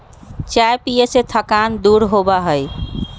चाय पीये से थकान दूर होबा हई